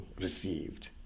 received